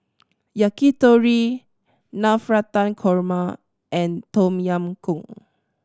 Yakitori Navratan Korma and Tom Yam Goong